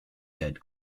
dead